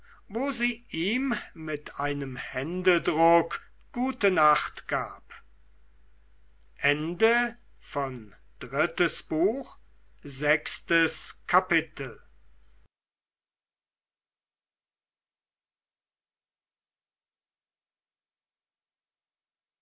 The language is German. wo sie ihm mit einem händedruck gute nacht gab siebentes kapitel